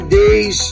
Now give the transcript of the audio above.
days